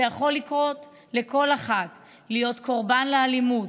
זה יכול לקרות לכל אחת, להיות קורבן לאלימות.